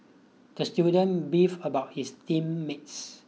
the student beefed about his team mates